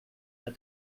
jag